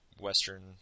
Western